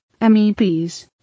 MEPs